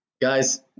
guys